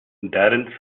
darren